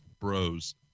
Bros